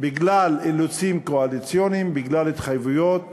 בגלל אילוצים קואליציוניים, בגלל התחייבויות